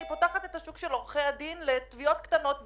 פותחת את השוק של עורכי הדין לתביעות קטנות בלבד,